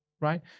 right